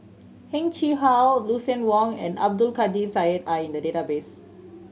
Heng Chee How Lucien Wang and Abdul Kadir Syed are in the database